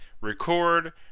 record